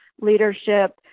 leadership